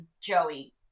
Joey